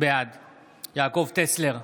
בעד יעקב טסלר,